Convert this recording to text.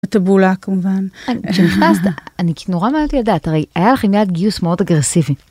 הטבולה כמובן. של חסדה, אני כאילו נורא מעט יודעת, הרי היה לך עניין גיוס מאוד אגרסיבי.